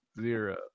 Zero